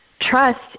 trust